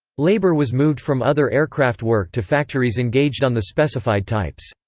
labour was moved from other aircraft work to factories engaged on the specified types.